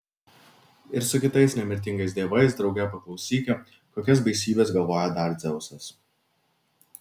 ir su kitais nemirtingais dievais drauge paklausyki kokias baisybes galvoja dar dzeusas